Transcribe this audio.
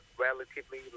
relatively